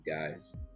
guys